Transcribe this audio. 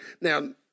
Now